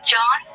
John